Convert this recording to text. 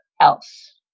else